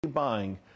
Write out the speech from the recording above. Buying